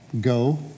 Go